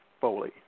Foley